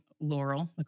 laurel